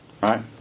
Right